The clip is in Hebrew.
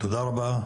תודה רבה.